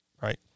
right